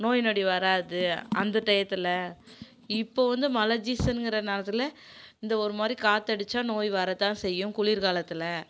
நோய் நொடி வராது அந்த டையத்தில் இப்போ வந்த மழை சீசன்ங்குற நேரத்தில் இந்த ஒரு மாதிரி காற்றடிச்சா நோய் வரதான் செய்யும் குளிர்க்காலத்தில்